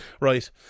right